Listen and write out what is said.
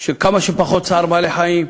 של כמה שפחות צער בעלי-חיים,